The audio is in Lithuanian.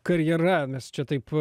karjera mes čia taip